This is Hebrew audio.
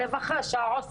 ברווחה שעות,